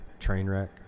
Trainwreck